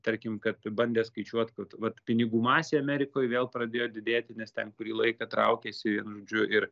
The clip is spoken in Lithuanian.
tarkim kad bandė skaičiuot kad vat pinigų masė amerikoj vėl pradėjo didėti nes ten kurį laiką traukėsi žodžiu ir